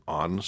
on